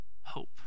hope